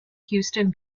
houston